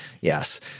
Yes